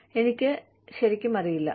എനിക്ക് ശരിക്കും അറിയില്ല